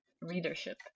readership